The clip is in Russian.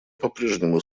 попрежнему